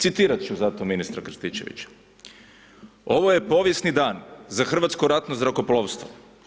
Citirat ću zato ministra Krstičevića: „Ovo je povijesni dan za Hrvatsko ratno zrakoplovstvo.